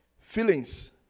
Feelings